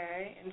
okay